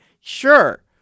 sure